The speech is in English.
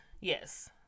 yes